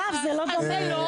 השיח מתבצע איפשהו פה בחוץ,